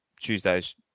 Tuesday's